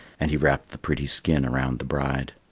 and he wrapped the pretty skin around the bride.